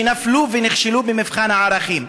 שנפלו ונכשלו במבחן הערכים,